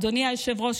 אדוני היושב-ראש,